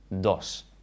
dos